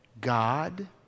God